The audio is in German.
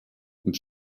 und